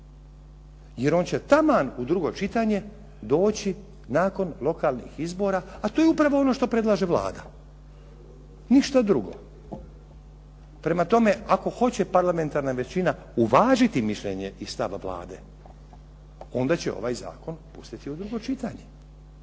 jer on će taman u drugo čitanje doći nakon lokalnih izbora a to je upravo ono što predlaže Vlada. Ništa drugo. Prema tome, ako hoće parlamentarna većina uvažiti mišljenje i stav Vlade onda će ovaj zakon pustiti u drugo čitanje.